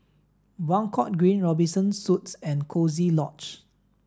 Buangkok Green Robinson Suites and Coziee Lodge